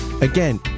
Again